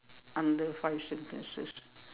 under five sentences